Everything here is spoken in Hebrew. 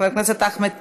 חבר הכנסת עמר בר-לב,